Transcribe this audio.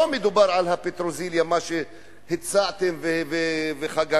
לא מדובר על הפטרוזיליה, מה שהצעתם וחגגתם.